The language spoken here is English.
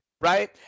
Right